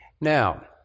Now